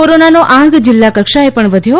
કોરોનાનો આંક જીલ્લા કક્ષાએ પણ વધ્યો